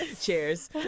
Cheers